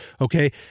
Okay